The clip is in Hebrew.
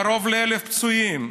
קרוב ל-1,000 פצועים.